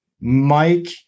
Mike